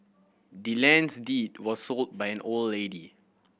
the land's deed was sold by old lady